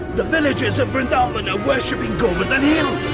the villagers of vrindavan are worshipping govardhan hill!